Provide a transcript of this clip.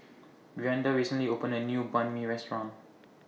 Brianda recently opened A New Banh MI Restaurant